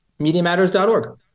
MediaMatters.org